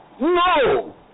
No